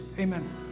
Amen